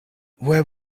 where